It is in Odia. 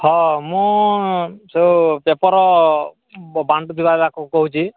ହଁ ମୁଁ ଯେଉଁ ପେପର୍ ବାଣ୍ଟୁ ଥିବା ଵାଲା କହୁଛି